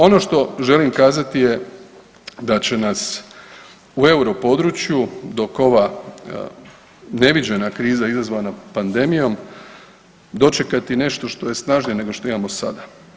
Ono što želim kazati je da će nas u euro području dok ova neviđena kriza izazvana pandemijom dočekati nešto što je snažnije nego što imamo sada.